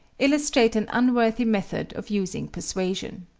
illustrate an unworthy method of using persuasion.